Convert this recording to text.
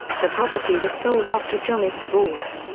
the property was sold after johnny's divorce.